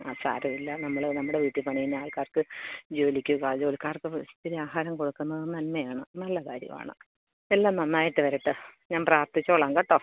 ആ സാരമില്ല നമ്മൾ നമ്മുടെ വീട്ടിൽ പണിയുന്ന ആൾക്കാർക്ക് ജോലിക്ക് കാ ജോലിക്കാർക്ക് വിശപ്പിന് ആഹാരം കൊടുക്കുന്നത് നന്മയാണ് നല്ല കാര്യവാണ് എല്ലാം നന്നായിട്ട് വരട്ട് ഞാൻ പ്രാർത്ഥിച്ചോളാം കേട്ടോ